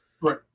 Right